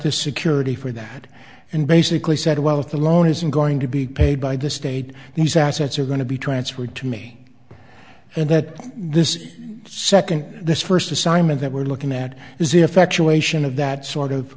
to security for that and basically said well if the loan isn't going to be paid by the state these assets are going to be transferred to me and that this second this first assignment that we're looking at is if actuation of that sort of